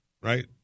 right